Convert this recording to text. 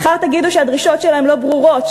מחר תגידו שהדרישות שלהם לא ברורות,